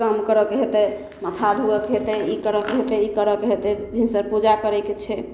काम करऽके हेतै माथा धुअऽके हेतै ई करऽके हेतै ई करऽके हेतै भिनसर पूजा करैके छै